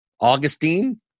Augustine